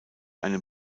einem